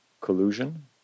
collusion